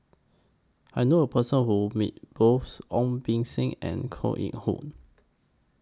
I knew A Person Who Met Both Ong Beng Seng and Koh Eng Hoon